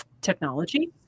technology